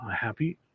happy